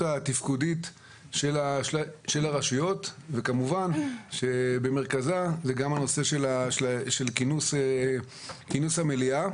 התפקודית של הרשויות וכמובן שבמרכזה זה גם נושא כינוס המליאה.